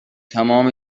تمام